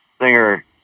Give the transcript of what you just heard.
singer